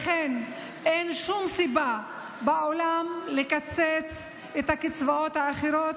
לכן אין שום סיבה בעולם לקצץ את הקצבאות האחרות.